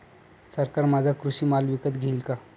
सरकार माझा कृषी माल विकत घेईल का?